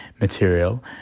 material